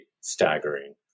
staggering